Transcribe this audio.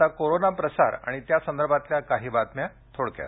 आता कोरोना प्रसार आणि त्यासंदर्भातल्या काही बातम्या थोडक्यात